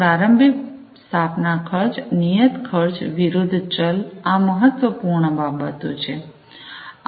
પ્રારંભિક સ્થાપના ખર્ચ નિયત ખર્ચ વિરુદ્ધ ચલ આ મહત્વપૂર્ણ બાબતો છે